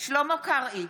שלמה קרעי,